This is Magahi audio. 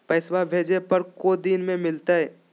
पैसवा भेजे पर को दिन मे मिलतय?